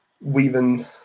weaving